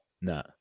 no